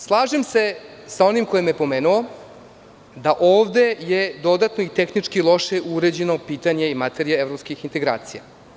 Slažem sa onim koji me je pomenuo, da je ovde dodatno i tehnički loše urađeno pitanje i materija evropskih integracija.